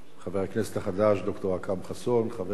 חבר הכנסת החדש ד"ר אכרם חסון, חברי,